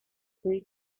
three